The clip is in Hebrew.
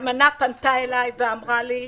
האלמנה פנתה אליי ואמרה לי: